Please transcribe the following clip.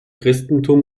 christentum